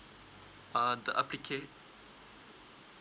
uh the application